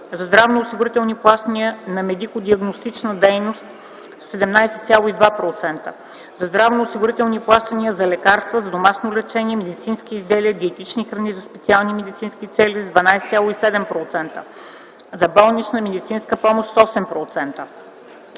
за здравноосигурителни плащания за медико-диагностична дейност – 17 ,2%, за здравноосигурителни плащания за лекарства за домашно лечение, медицински изделия и диетични храни за специални медицински цели – 12,7%, за болнична медицинска помощ – 8%.